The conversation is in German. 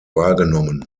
wahrgenommen